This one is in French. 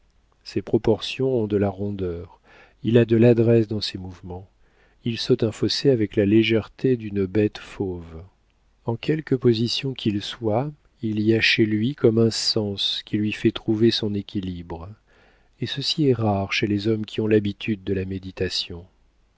ses proportions ont de la rondeur il a de l'adresse dans ses mouvements il saute un fossé avec la légèreté d'une bête fauve en quelque position qu'il soit il y a chez lui comme un sens qui lui fait trouver son équilibre et ceci est rare chez les hommes qui ont l'habitude de la méditation